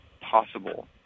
possible